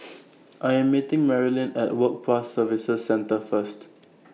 I'm meeting Maryellen At Work Pass Services Centre First